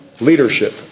leadership